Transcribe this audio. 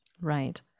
Right